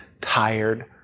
tired